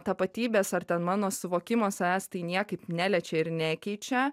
tapatybės ar ten mano suvokimo savęs tai niekaip neliečia ir nekeičia